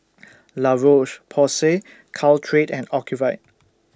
La Roche Porsay Caltrate and Ocuvite